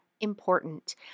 important